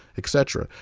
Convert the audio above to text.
etc.